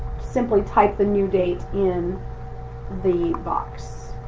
simply type the new date in the box.